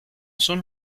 son